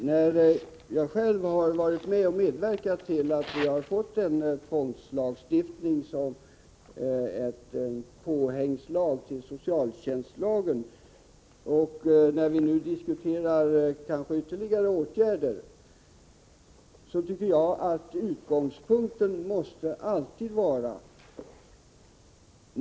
Herr talman! Jag har själv medverkat till att vi fått en tvångslagstiftning, som är en påhängslag till socialtjänstlagen. När vi nu diskuterar ytterligare åtgärder måste utgångspunkten vara att hjälpa människorna.